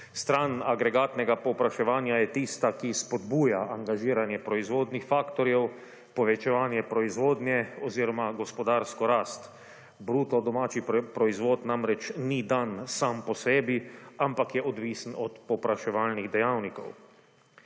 Stran agregatnega povpraševanja je tista, ki spodbuja angažiranje proizvodnih faktorjev, povečevanje proizvodnje oziroma gospodarsko rast. 55. TRAK: (SB) – 13.30 (nadaljevanje) Bruto domači proizvod namreč ni dan sam po sebi, ampak je odvisen od povpraševalnih dejavnikov.